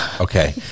Okay